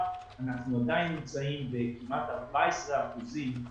אנחנו עדיין נמצאים בכמעט 14 אחוזים ב-2021.